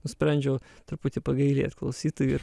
nusprendžiau truputį pagailėt klausytojų ir